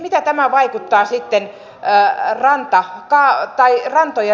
miten tämä vaikuttaa sitten rantojen rakentamiseen